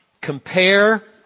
Compare